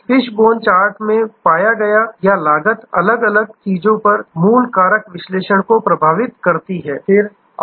इस fishbone chart से पाया गया या लागत अलग अलग चीजों पर मूल कारण विश्लेषण को प्रभावित करती है